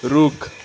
रुख